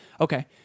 Okay